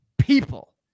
People